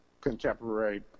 contemporary